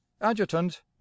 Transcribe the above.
adjutant